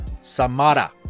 Samara